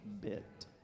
bit